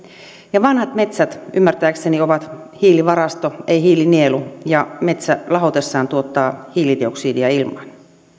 ja vanhat metsät ymmärtääkseni ovat hiilivarasto eivät hiilinielu ja metsä lahotessaan tuottaa hiilidioksidia ilmaan